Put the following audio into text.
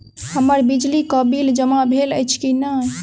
हम्मर बिजली कऽ बिल जमा भेल अछि की नहि?